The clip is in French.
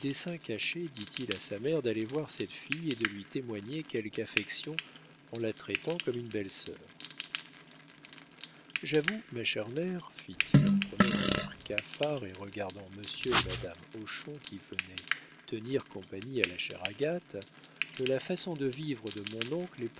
dit-il à sa mère d'aller voir cette fille et de lui témoigner quelque affection en la traitant comme une belle-sœur j'avoue ma chère mère fit-il en prenant un air cafard et regardant monsieur et madame hochon qui venaient tenir compagnie à la chère agathe que la façon de vivre de mon oncle